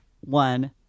one